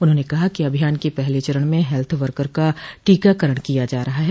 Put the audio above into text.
उन्होंने कहा कि अभियान के पहले चरण में हेल्थ वर्कर का टीकाकरण किया जा रहा है